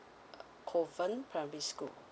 covan primary school